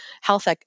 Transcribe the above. health